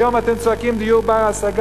היום אתם צועקים: דיור בר-השגה,